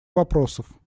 вопросов